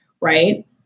right